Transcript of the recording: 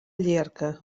llierca